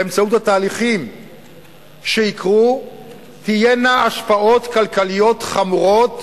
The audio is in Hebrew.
באמצעות התהליכים שיקרו תהיינה השפעות כלכליות חמורות.